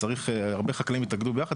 שהרבה חקלאים התאגדו ביחד,